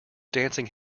dancing